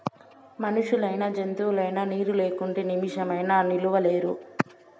మనుషులైనా జంతువులైనా నీరు లేకుంటే నిమిసమైనా నిలువలేరు